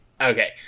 Okay